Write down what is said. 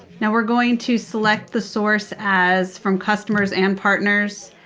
now we're going to select the source as from customers and partners,